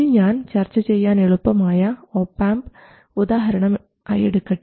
ഇനി ഞാൻ ചർച്ച ചെയ്യാൻ എളുപ്പമായ ഒപാംപ് ഉദാഹരണം എടുക്കട്ടെ